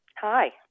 Hi